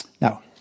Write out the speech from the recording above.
Now